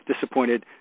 disappointed